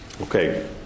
Okay